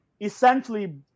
essentially